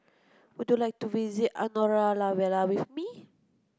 would you like to visit Andorra La Vella with me